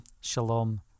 shalom